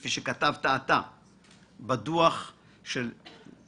כפי שכתבת אתה בדוח בכר?